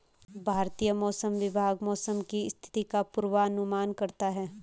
भारतीय मौसम विभाग मौसम की स्थिति का पूर्वानुमान करता है